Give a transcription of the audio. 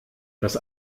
das